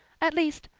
at least,